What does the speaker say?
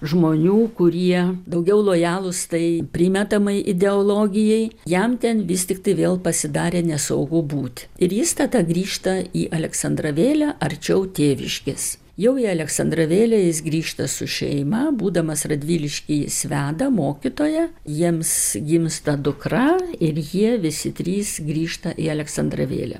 žmonių kurie daugiau lojalūs tai primetamai ideologijai jam ten vis tiktai vėl pasidarė nesaugu būt ir jis tada grįžta į aleksandravėlę arčiau tėviškės jau į aleksandravėlę jis grįžta su šeima būdamas radvilišky jis veda mokytoją jiems gimsta dukra ir jie visi trys grįžta į aleksandravėlę